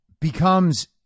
becomes